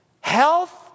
health